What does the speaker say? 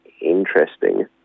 interesting